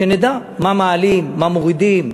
שנדע מה מעלים, מה מורידים,